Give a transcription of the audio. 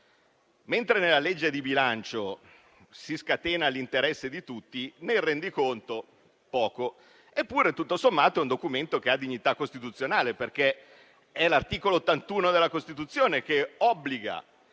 Mentre nella legge di bilancio si scatena l'interesse di tutti, nel rendiconto poco. Eppure, tutto sommato è un documento che ha dignità costituzionale, perché l'articolo 81 della Costituzione obbliga